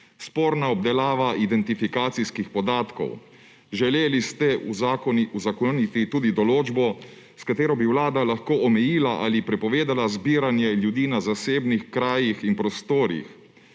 sporna obdelava identifikacijskih podatkov; želeli ste uzakoniti tudi določbo, s katero bi lahko Vlada omejila ali prepovedala zbiranje ljudi na zasebnih krajih in prostorih;